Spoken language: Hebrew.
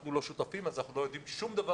אנחנו לא שותפים ולכן אנחנו לא יודעים שום דבר